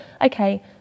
okay